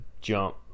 jump